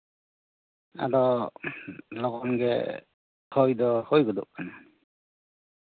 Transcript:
ᱟᱫᱚ ᱞᱚᱜᱚᱱ ᱜᱮ ᱦᱳᱭ ᱫᱚ ᱦᱳᱭ ᱜᱚᱫᱚᱜ ᱠᱟᱱᱟ